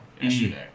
yesterday